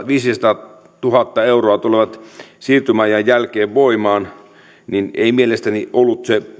viisisataatuhatta euroa tulevat siirtymäajan jälkeen voimaan ei mielestäni ollut se